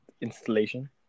installation